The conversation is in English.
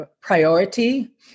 priority